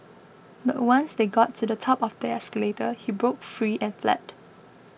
but once they got to the top of their escalator he broke free and fled